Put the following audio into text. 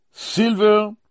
silver